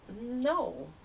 no